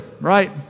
right